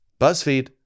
Buzzfeed